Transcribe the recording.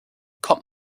kommt